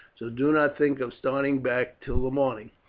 so do not think of starting back till the morning.